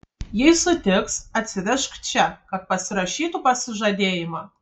jei sutiks atsivežk čia kad pasirašytų pasižadėjimą